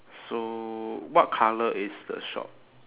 so what colour is the shop